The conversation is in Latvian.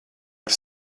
var